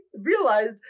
realized